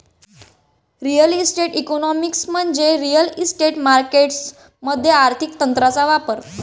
real estate economics म्हणजे real estate markets मध्ये आर्थिक तंत्रांचा वापर